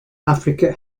africa